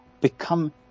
become